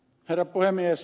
herra puhemies